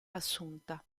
assunta